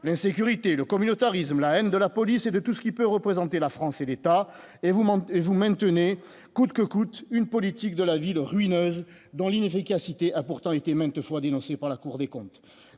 l'insécurité, le communautarisme, la haine de la police et de tout ce qui peut représenter la France et l'État et vous mentez et vous maintenez coûte que coûte une politique de la ville de ruines dans l'inefficacité a pourtant été maintes fois dénoncée par la Cour des comptes,